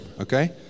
okay